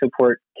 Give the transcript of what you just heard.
support